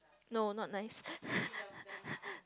no not nice